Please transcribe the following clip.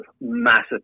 massive